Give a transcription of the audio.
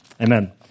Amen